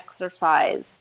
exercise